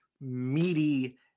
meaty